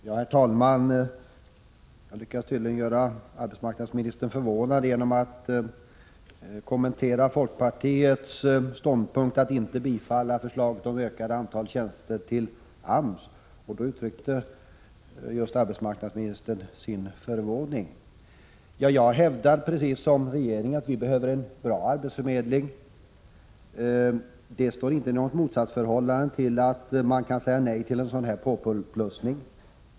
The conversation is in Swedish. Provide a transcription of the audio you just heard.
Prot. 1986/87:94 Herr talman! Jag lyckades tydligen göra arbetsmarknadsministern förvå 25 mars 1987 nad genom att kommentera folkpartiets ståndpunkt att inte tilltyka förslaget om ökat antal tjänster till AMS. Då uttryckte arbetsmarknadsmi = A7betsmarknadspolitinistern sin förvåning. ken, m.m. Jag hävdar, precis som regeringen, att vi behöver en bra arbetsförmedling. Det står inte i något motsatsförhållande till att man kan säga nej till en sådan här påplussning.